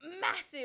massive